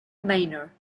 manor